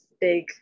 big